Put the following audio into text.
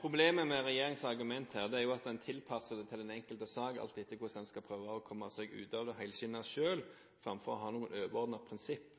Problemet med regjeringens argumenter er at en tilpasser dem til den enkelte sak, og til hvordan en skal prøve å komme seg ut av det helskinnet selv, framfor å ha noen overordnete prinsipp